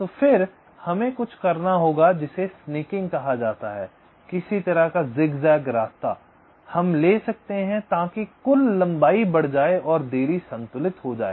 तो फिर हमें कुछ करना होगा जिसे स्नैकिंग कहा जाता है किसी तरह का ज़िग ज़ैग रास्ता हम ले सकते हैं ताकि कुल लंबाई बढ़ जाए और देरी संतुलित हो जाए